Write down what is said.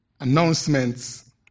announcements